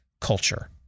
culture